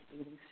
eating